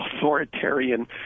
authoritarian